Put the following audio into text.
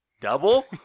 Double